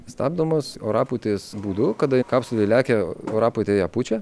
stabdomos orapūtės būdu kada kapsulė lekia orapūtė ją pučia